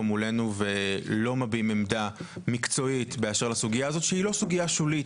מולנו ולא מביעים עמדה מקצועית באשר לסוגיה הזאת שהיא לא סוגיה שולית,